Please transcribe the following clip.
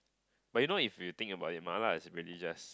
but you know if you think about it mala is pretty just